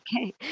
okay